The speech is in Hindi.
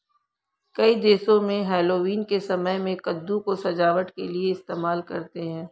कई देशों में हैलोवीन के समय में कद्दू को सजावट के लिए इस्तेमाल करते हैं